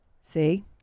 See